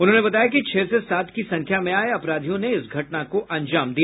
उन्होंने बताया कि छह से सात की संख्या में आये अपराधियों ने इस घटना को अंजाम दिया